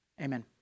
amen